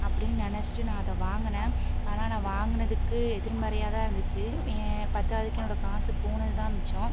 அப்படின்னு நினைச்சிட்டு நான் அதை வாங்கினேன் ஆனால் நான் வாங்கினதுக்கு எதிர்மறையாகதான் இருந்துச்சு பத்தாததுக்கு என்னோட காசு போனது தான் மிச்சம்